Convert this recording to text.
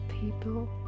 people